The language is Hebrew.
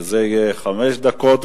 גם כן חמש דקות.